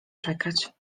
czekać